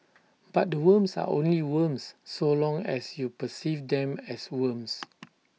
but the worms are only worms so long as you perceive them as worms